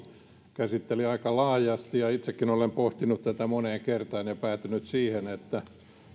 käsitteli tätä aika laajasti ja itsekin olen pohtinut tätä moneen kertaan ja päätynyt siihen että